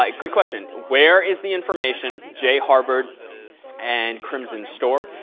like good question. where is the information, jharvard and crimson stored?